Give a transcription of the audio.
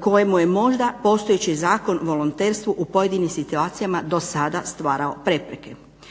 kojemu je možda postojeći Zakon o volonterstvu u pojedinim situacijama do sada stvarao prepreke.